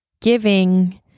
giving